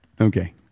Okay